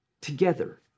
together